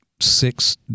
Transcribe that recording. six